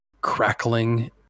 crackling